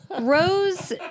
Rose